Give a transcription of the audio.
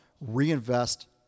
reinvest